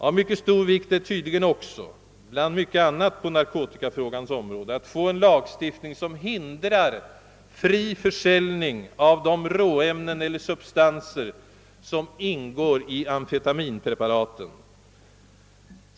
Av mycket stor vikt är tydligen också, bland mycket annat på narkotikafrågans område, att få en lagstiftning som hindrar fri försäljning av de råämnen eller substanser som ingår i amfetaminpreparaten.